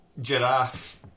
giraffe